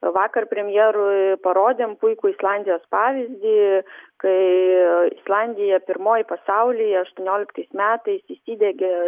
vakar premjerui parodėm puikų islandijos pavyzdį kai islandija pirmoji pasaulyje aštuonioliktais metais įsidiegė